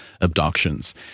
abductions